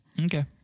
Okay